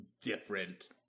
different